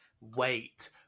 Wait